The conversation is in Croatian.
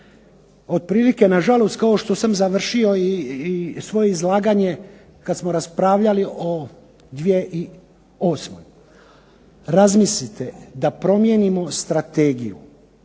otprilike nažalost kao što sam završio i svoje izlaganje kada smo raspravljali o 2008., razmislite da promijenimo strategiju